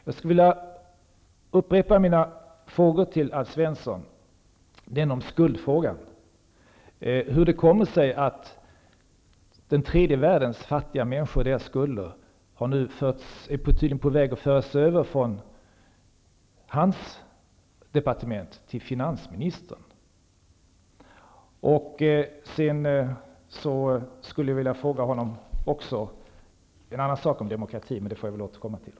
Jag skulle vilja upprepa mina frågor till Alf Svensson, bl.a. om skuldfrågan: Hur kan det komma sig att ansvaret för frågor om tredje världens fattiga människor och deras skulder är på väg att föras över från hans departement till finansministerns? Jag skulle också vilja ställa en fråga om demokrati, men det får jag återkomma till.